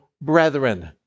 brethren